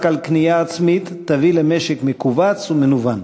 על קנייה עצמית תביא למשק מכווץ ומנוון.